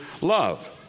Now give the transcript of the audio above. love